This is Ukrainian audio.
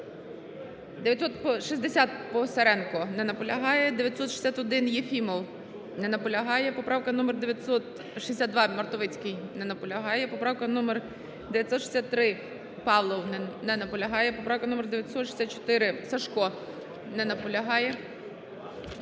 960-а, Писаренко. Не наполягає. 961-а, Єфімов. Не наполягає. Поправка номер 962, Мартовицький. Не наполягає. Поправка номер 963, Павлов. Не наполягає. Поправка номер 964, Сажко. Не наполягає.